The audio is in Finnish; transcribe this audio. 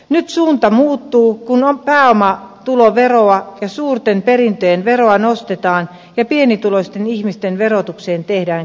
nyt suunta muuttuu kun pääomatuloveroa ja suurten perintöjen veroa nostetaan ja pienituloisten ihmisten verotukseen tehdään kevennyksiä